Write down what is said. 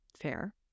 fair